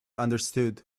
understood